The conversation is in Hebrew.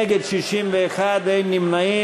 נגד, 61, אין נמנעים.